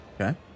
Okay